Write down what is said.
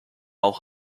auch